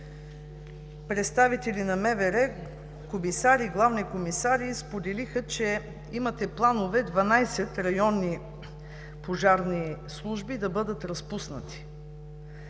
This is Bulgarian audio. представители на МВР, комисари и главни комисари споделиха, че имате планове 12 районни пожарни служби да бъдат разпуснати.